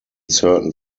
certain